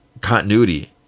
continuity